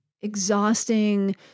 exhausting